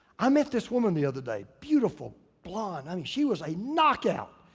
i met this woman the other day. beautiful blonde. i mean, she was a knockout.